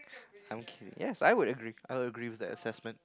I'm kidding yes I would agree I would agree with that assessment